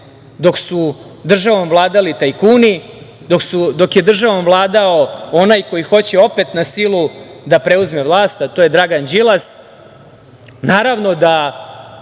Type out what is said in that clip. dok su državom vladali tajkuni, dok je državom vladao onaj koji hoće opet na silu da preuzme vlast, a to je Dragan Đilas, naravno da